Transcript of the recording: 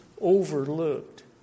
overlooked